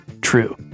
true